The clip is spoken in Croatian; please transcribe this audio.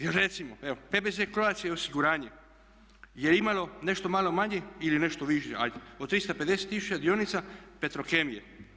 Jer recimo PBZ Croatia Osiguranje je imalo nešto malo manje ili nešto više ajde od 350 tisuća dionica Petrokemije.